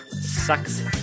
Sucks